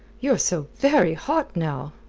you're so very hot, now!